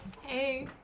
Hey